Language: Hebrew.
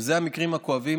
וזה המקרים הכואבים,